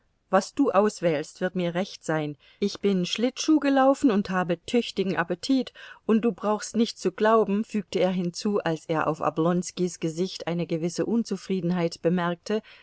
was du auswählst wird mir recht sein ich bin schlittschuh gelaufen und habe tüchtigen appetit und du brauchst nicht zu glauben fügte er hinzu als er auf oblonskis gesicht eine gewisse unzufriedenheit bemerkte